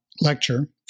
lecture